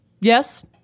Yes